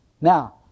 Now